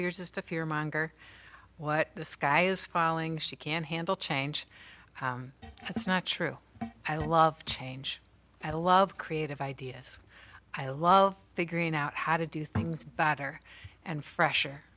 you're just a few mongar what the sky is falling she can't handle change that's not true i love change i love creative ideas i love figuring out how to do things better and fresh